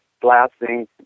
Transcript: blasting